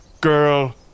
girl